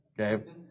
okay